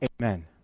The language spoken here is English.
amen